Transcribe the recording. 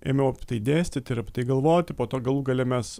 ėmiau apie tai dėstyti ir apie tai galvoti po to galų gale mes